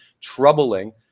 troubling